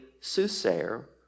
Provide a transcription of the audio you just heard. soothsayer